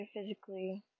physically